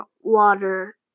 water